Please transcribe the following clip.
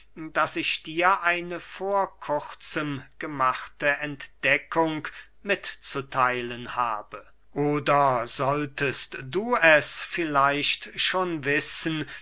daß ich dir eine vor kurzem gemachte entdeckung mitzutheilen habe oder solltest du es vielleicht schon wissen